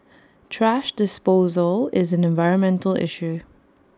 thrash disposal is an environmental issue